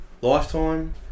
lifetime